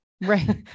Right